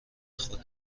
خود